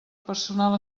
personal